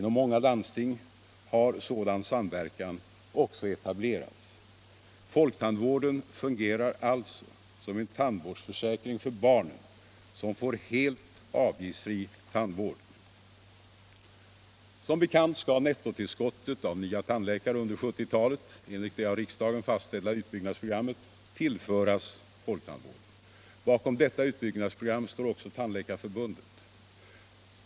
Inom många landsting har sådan samverkan också etablerats. Folktandvården fungerar alltså som en tandvårdsförsäkring för barnen, som får helt avgiftsfri tandvård. Som bekant skall nettotillskottet av nva tandläkare under 1970-talet enligt det av riksdagen fastställda utbyggnadsprogrammet tillföras folktandvården. Bakom detta utbvyggnadsprogram står också Tandläkarförbundet.